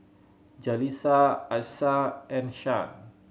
Jaleesa Achsah and Shan